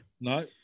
No